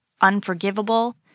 unforgivable